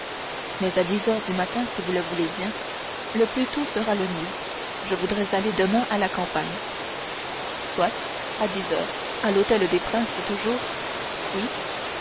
mais à dix heures du matin si vous voulez bien le plus tôt sera le mieux je voudrais aller demain à la campagne soit à dix heures à l'hôtel des princes toujours oui